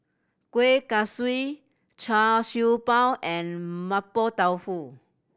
Kuih Kaswi Char Siew Bao and Mapo Tofu